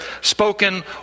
spoken